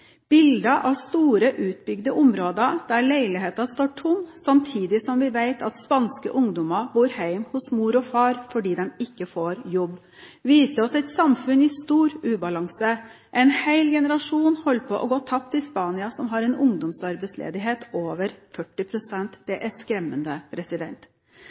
bilder av store utbygde områder der leiligheter står tomme samtidig som vi vet at spanske ungdommer bor hjemme hos mor og far fordi de ikke får jobb. Dette viser oss et samfunn i stor ubalanse. En hel generasjon holder på å gå tapt i Spania, som har en ungdomsarbeidsledighet på over